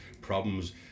problems